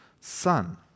son